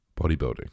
bodybuilding